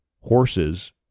horses